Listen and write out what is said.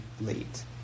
late